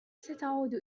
ستعود